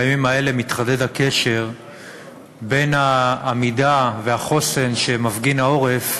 שבימים האלה מתחדד הקשר בין העמידה והחוסן שמפגין העורף